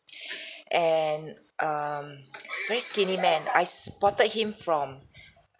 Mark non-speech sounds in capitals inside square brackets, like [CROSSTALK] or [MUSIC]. [BREATH] and [NOISE] um [NOISE] very skinny man I spotted him from [BREATH]